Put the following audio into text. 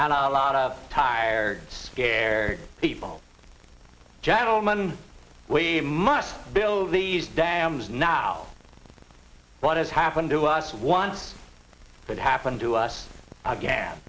and a lot of tired scared people gentleman we must build these dams now what has happened to us once that happened to us again